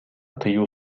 тыюу